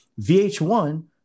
vh1